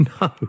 No